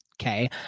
Okay